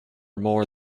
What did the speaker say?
more